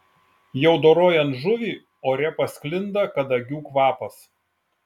jau dorojant žuvį ore pasklinda kadagių kvapas